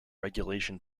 regulation